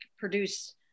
produce